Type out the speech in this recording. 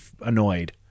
annoyed